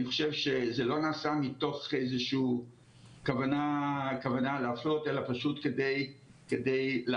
אני חושב שזה לא נעשה מתוך איזשהו כוונה להפלות אלא פשוט כדי לאפשר,